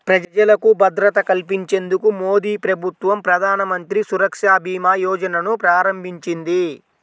ప్రజలకు భద్రత కల్పించేందుకు మోదీప్రభుత్వం ప్రధానమంత్రి సురక్షభీమాయోజనను ప్రారంభించింది